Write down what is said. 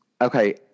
Okay